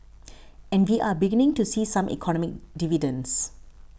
and we are beginning to see some economic dividends